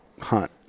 Hunt